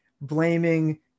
blaming